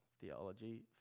theology